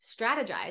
strategize